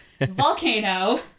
Volcano